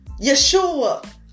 Yeshua